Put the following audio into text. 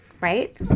right